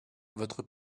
votre